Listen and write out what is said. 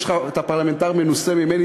אתה פרלמנטר מנוסה ממני,